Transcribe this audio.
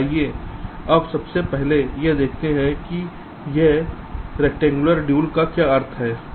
आइए अब सबसे पहले यह देखते हैं कि इस रैक्टेंगुलर ड्यूल का क्या अर्थ है